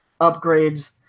upgrades